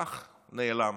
פאח, נעלם.